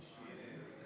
אוקיי.